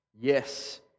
Yes